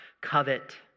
covet